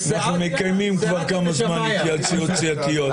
אנחנו מקיימים כבר כמה זמן התייעצויות סיעתיות.